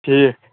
ٹھیٖک